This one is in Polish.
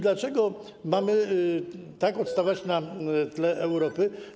Dlaczego mamy tak odstawać na tle Europy?